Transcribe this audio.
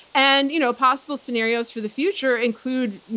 and you know possible scenarios for the future include,